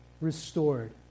restored